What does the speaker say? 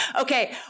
Okay